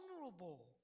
vulnerable